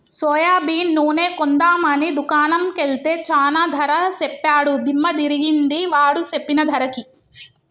soybean నూనె కొందాం అని దుకాణం కెల్తే చానా ధర సెప్పాడు దిమ్మ దిరిగింది వాడు సెప్పిన ధరకి